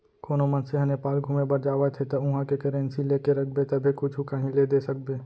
कोनो मनसे ह नेपाल घुमे बर जावत हे ता उहाँ के करेंसी लेके रखबे तभे कुछु काहीं ले दे सकबे